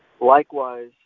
Likewise